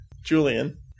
Julian